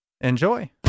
Enjoy